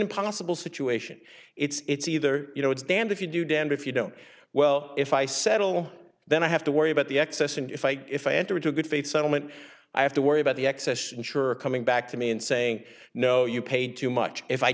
impossible situation it's either you know it's damned if you do damned if you don't well if i settle then i have to worry about the excess and if i if i enter into a good faith settlement i have to worry about the excess insurer coming back to me and saying no you paid too much if i